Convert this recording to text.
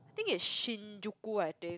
think it's Shinjuku I think